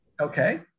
Okay